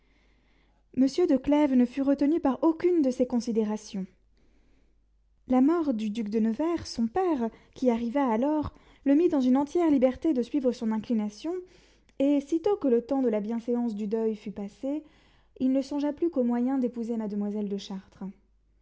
monsieur de clèves ne fut retenu par aucune de ces considérations la mort du duc de nevers son père qui arriva alors le mit dans une entière liberté de suivre son inclination et sitôt que le temps de la bienséance du deuil fut passé il ne songea plus qu'aux moyens d'épouser mademoiselle de chartres